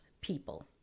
people